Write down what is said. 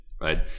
right